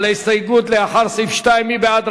על ההסתייגות לאחר סעיף 2. מי בעד,